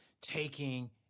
taking